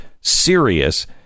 serious